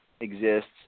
exists